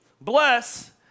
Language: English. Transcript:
Bless